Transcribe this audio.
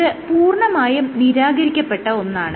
ഇത് പൂർണ്ണമായും നിരാകരിക്കപ്പെട്ട ഒന്നാണ്